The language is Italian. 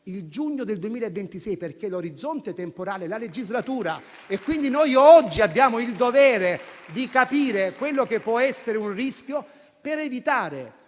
il giugno 2026 perché l'orizzonte temporale è la legislatura. Quindi noi oggi abbiamo il dovere di capire quello che può essere un rischio per evitare